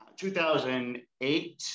2008